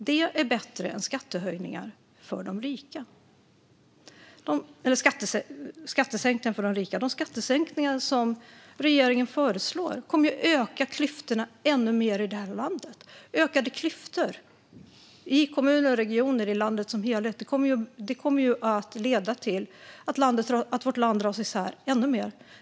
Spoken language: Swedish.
Det är bättre än skattesänkningar för de rika. De skattesänkningar som regeringen föreslår kommer ju att öka klyftorna ännu mer i det här landet! Och ökade klyftor i kommuner, regioner och landet som helhet kommer att leda till att vårt land dras isär ännu mer.